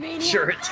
Sure